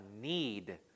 need